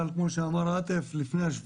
כמו שאמר עאטף, אני בא לפה בדרך כלל לפני שביתות,